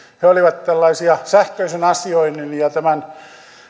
he olivat tällaisia sähköisen asioinnin ja tämän